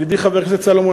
ידידי חבר הכנסת סולומון,